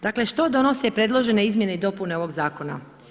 Dakle, što donose predložene izmjene i dopune ovog zakona?